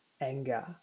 Anger